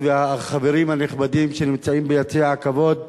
והחברים הנכבדים שנמצאים ביציע הכבוד,